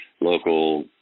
local